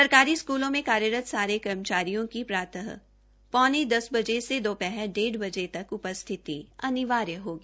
सरकारी स्कूलों में कार्यकतर सारे कर्मचारियो की प्रात ौने दस बजे से दो हर डेढ़ बजे तक उ स्थित अनिवार्य होगी